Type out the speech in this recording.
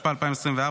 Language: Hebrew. התשפ"ה 2024,